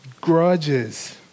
grudges